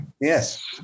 yes